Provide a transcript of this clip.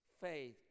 faith